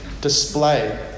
display